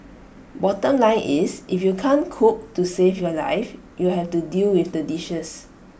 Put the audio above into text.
bottom line is if you can't cook to save your life you'll have to deal with the dishes